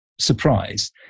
surprise